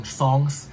songs